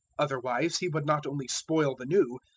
otherwise he would not only spoil the new,